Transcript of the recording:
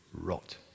rot